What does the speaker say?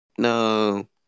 No